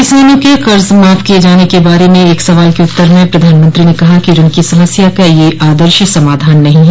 किसानों के कर्ज माफ किए जाने के बारे में एक सवाल के उत्तर में प्रधानमंत्री ने कहा कि ऋण की समस्या का यह आदर्श समाधान नहीं है